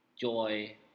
joy